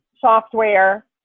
software